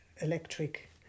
electric